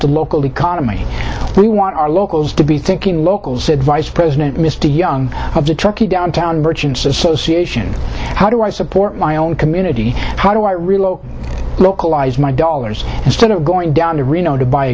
the local economy we want our locals to be thinking local said vice president mr young of the truckie downtown merchants association how do i support my own community how do i relocate localize my dollars instead of going down to reno to buy a